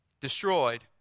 destroyed